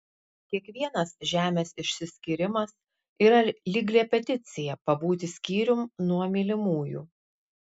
kiekvienas žemės išsiskyrimas yra lyg repeticija pabūti skyrium nuo mylimųjų